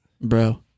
Bro